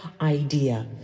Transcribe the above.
idea